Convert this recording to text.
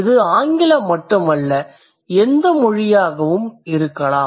இது ஆங்கிலம் மட்டுமல்ல எந்த மொழியாகவும் இருக்கலாம்